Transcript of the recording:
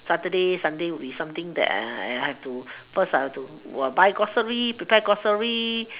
saturday sunday will be something that I I I have to first have to buy grocery prepare grocery